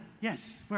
Yes